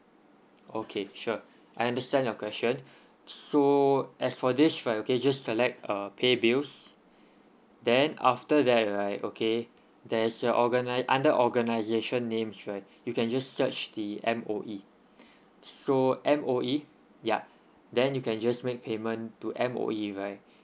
okay sure I understand your question so as for this right okay just select uh pay bills then after that right okay there's a organi~ under organization names right you can just search the M_O_E so M_O_E yup then you can just make payment to M_O_E right